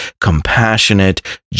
compassionate